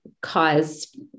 cause